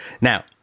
Now